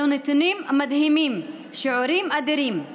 אלו נתונים מדהימים, שיעורים אדירים.